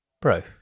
Bro